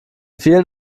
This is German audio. vielen